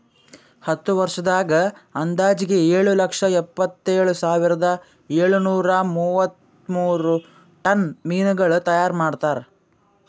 ಹತ್ತು ವರ್ಷದಾಗ್ ಅಂದಾಜಿಗೆ ಏಳು ಲಕ್ಷ ಎಪ್ಪತ್ತೇಳು ಸಾವಿರದ ಏಳು ನೂರಾ ಮೂವತ್ಮೂರು ಟನ್ ಮೀನಗೊಳ್ ತೈಯಾರ್ ಮಾಡ್ತಾರ